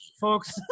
Folks